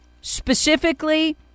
specifically